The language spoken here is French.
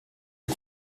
est